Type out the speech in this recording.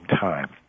time